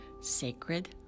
sacred